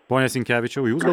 pone sinkevičiau jūs gal